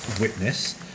witness